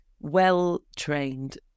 well-trained